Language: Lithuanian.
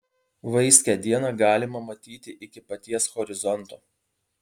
vaiskią dieną galima matyti iki paties horizonto